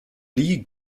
lee